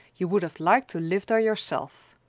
you would have liked to live there yourself.